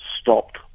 stopped